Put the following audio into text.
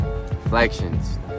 Reflections